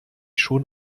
schon